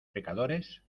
pecadores